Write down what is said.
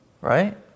Right